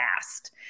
fast